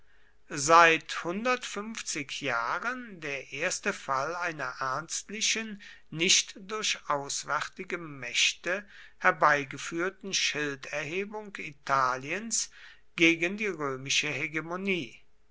seit hundertfünfzig jahren der erste fall einer ernstlichen nicht durch auswärtige mächte herbeigeführten schilderhebung italiens gegen die römische hegemonie